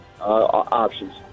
Options